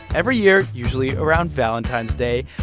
every year, usually around valentine's day,